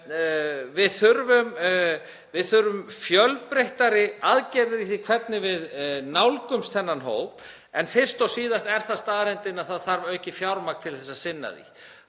Við þurfum fjölbreyttari aðgerðir í því hvernig við nálgumst þennan hóp en fyrst og síðast er staðreyndin sú að það þarf aukið fjármagn til að sinna því